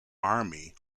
army